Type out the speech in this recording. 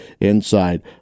inside